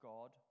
God